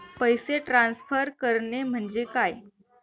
पैसे ट्रान्सफर करणे म्हणजे काय?